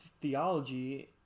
theology